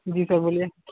जी sir बोलिए